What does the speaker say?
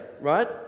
right